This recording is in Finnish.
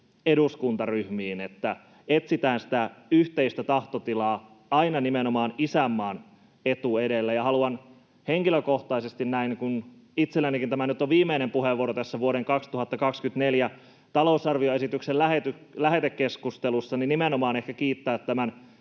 eduskuntaryhmiin, että etsitään sitä yhteistä tahtotilaa aina nimenomaan isänmaan etu edellä. Haluan henkilökohtaisesti näin, kun itsellänikin tämä nyt on viimeinen puheenvuoro tässä vuoden 2024 talousarvioesityksen lähetekeskustelussa, nimenomaan kiittää tämän